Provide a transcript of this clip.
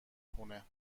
خونه